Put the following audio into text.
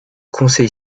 conseil